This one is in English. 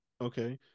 Okay